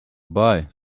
buy